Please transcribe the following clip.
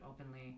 openly